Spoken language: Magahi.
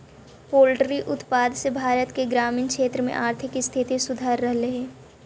पोल्ट्री उत्पाद से भारत के ग्रामीण क्षेत्र में आर्थिक स्थिति सुधर रहलई हे